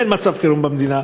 ואין מצב חירום במדינה.